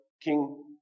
King